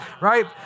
right